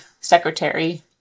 Secretary